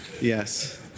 Yes